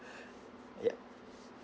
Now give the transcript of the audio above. yup